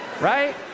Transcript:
right